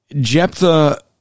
Jephthah